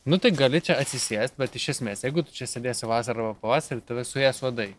nu tai gali čia atsisėst bet iš esmės jeigu tu čia sėdėsi vasarą arba pavasarį tave suės uodai